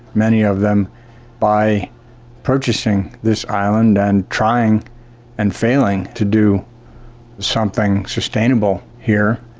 many of them by purchasing this island and trying and failing to do something sustainable here.